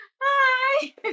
Hi